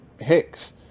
hicks